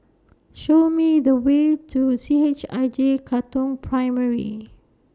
Show Me The Way to C H I J Katong Primary